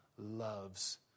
loves